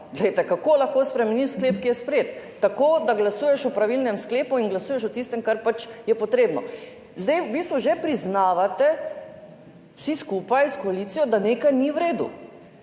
kako lahko spremeniš sklep, ki je sprejet, tako, da glasuješ o pravilnem sklepu in glasuješ o tistem, kar pač je potrebno. Zdaj v bistvu že priznavate, vsi skupaj s koalicijo, da nekaj ni v redu